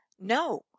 No